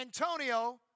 Antonio